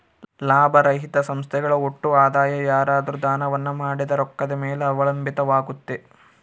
ಲಾಭರಹಿತ ಸಂಸ್ಥೆಗಳ ಒಟ್ಟು ಆದಾಯ ಯಾರಾದ್ರು ದಾನವನ್ನ ಮಾಡಿದ ರೊಕ್ಕದ ಮೇಲೆ ಅವಲಂಬಿತವಾಗುತ್ತೆ